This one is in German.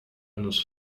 eines